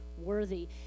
worthy